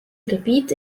gebiete